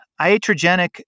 iatrogenic